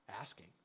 Asking